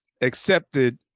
accepted